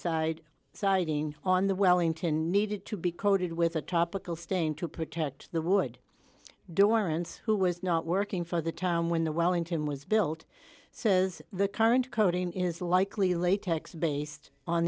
side siding on the wellington needed to be coated with a topical stain to protect the wood dorrance who was not working for the time when the wellington was built says the current coating is likely latex based on